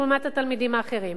לעומת הילדים האחרים.